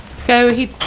so he's